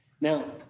Now